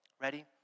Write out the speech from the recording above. Ready